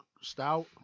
stout